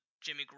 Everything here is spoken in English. Jimmy